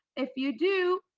if you do,